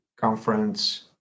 conference